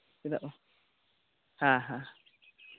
ᱪᱮᱫᱟᱜ ᱵᱟᱝ ᱦᱮᱸ ᱦᱮᱸ